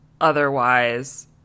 otherwise